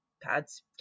pads